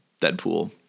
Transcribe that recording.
Deadpool